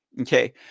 Okay